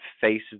face